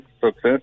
success